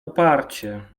uparcie